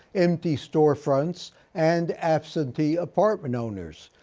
empty storefronts and absentee apartment owners.